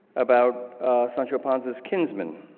about sancho panza's kinsmen,